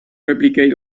replicate